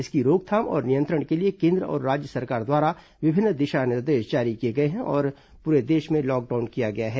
इसकी रोकथाम और नियंत्रण के लिए कोन्द्र और राज्य सरकार द्वारा विभिन्न दिशा निर्देश जारी किए गए हैं और पूरे देश में लॉकडाउन किया गया है